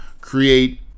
create